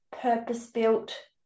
purpose-built